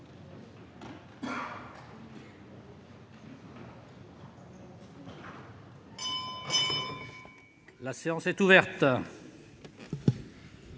La séance est ouverte.